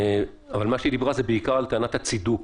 אבל היא דיברה בעיקר על טענת הצידוק,